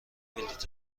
بلیت